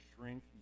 shrink